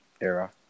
era